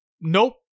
Nope